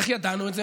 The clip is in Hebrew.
איך ידענו את זה?